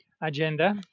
agenda